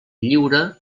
lliura